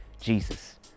Jesus